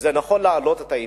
שנכון להעלות את העניין: